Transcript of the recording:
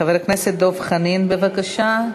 חבר הכנסת דב חנין, בבקשה.